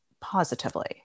positively